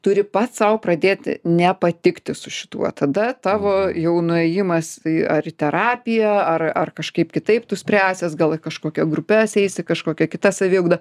turi pats sau pradėt nepatikti su šituo tada tavo jau nuėjimas į ar terapiją ar ar kažkaip kitaip tu spręsies gal į kažkokia grupes eisi kažkokia kita saviugda